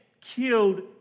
killed